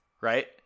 right